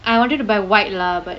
I wanted to buy white lah but